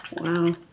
wow